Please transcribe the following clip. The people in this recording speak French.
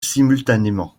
simultanément